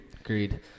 Agreed